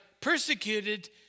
persecuted